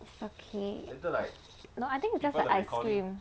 it's okay no I think is just the ice cream